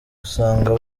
usanga